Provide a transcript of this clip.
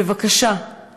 בבקשה,